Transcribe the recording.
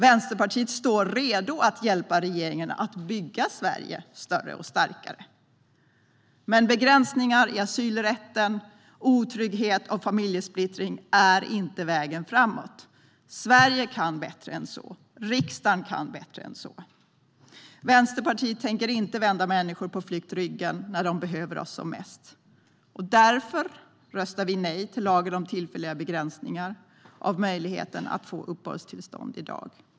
Vänsterpartiet står redo att hjälpa regeringen att bygga Sverige större och starkare. Begränsningar i asylrätten, otrygghet och familjesplittring är dock inte vägen framåt. Sverige kan bättre än så. Riksdagen kan bättre än så. Vänsterpartiet tänker inte vända människor på flykt ryggen när de behöver oss som mest. Därför röstar vi i morgon nej till förslaget om lagen om tillfälliga begränsningar av möjligheten att få uppehållstillstånd.